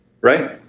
Right